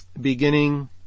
beginning